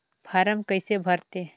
Form कइसे भरते?